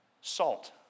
salt